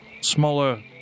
smaller